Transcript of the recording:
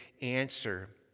answer